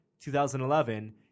2011